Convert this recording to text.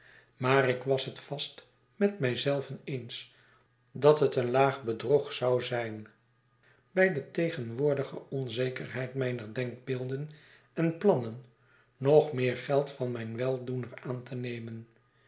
maar ik was het vast met mij zelven eens dat het een laag bedrog zou zijn bij de tegenwoordige onzekerheid mijner denkbeelden en plannen nog meer geld van mijn weldoener aan te nemen